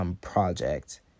project